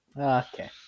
okay